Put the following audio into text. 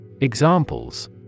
Examples